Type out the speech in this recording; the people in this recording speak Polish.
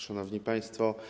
Szanowni Państwo!